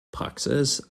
praxis